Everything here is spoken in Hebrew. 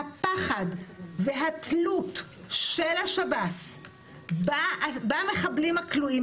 הפחד והתלות של השב"ס במחבלים הכלואים